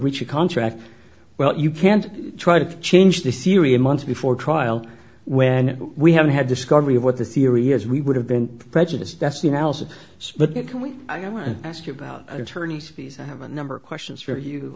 breach of contract well you can't try to change the syrian months before trial when we haven't had discovery of what the theory has we would have been prejudiced that's the analysis but can we i want to ask you about attorney's fees i have a number of questions for you